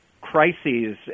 crises